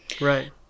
Right